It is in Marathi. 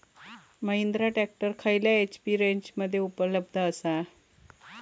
महिंद्रा ट्रॅक्टर खयल्या एच.पी रेंजमध्ये उपलब्ध आसा?